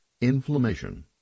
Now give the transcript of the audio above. inflammation